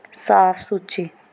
ਸਾਫ਼ ਸੂਚੀ